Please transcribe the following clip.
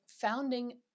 founding